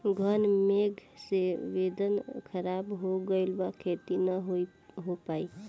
घन मेघ से वेदर ख़राब हो गइल बा खेती न हो पाई